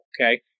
Okay